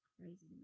crazy